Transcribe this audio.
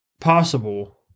possible